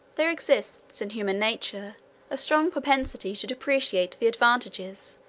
there exists in human nature a strong propensity to depreciate the advantages,